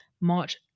March